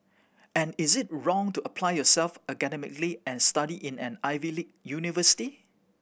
and is it wrong to apply yourself academically and study in an Ivy league university